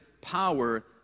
power